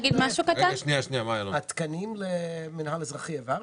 את התקנים למינהל האזרחי העברנו?